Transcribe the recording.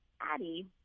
Addie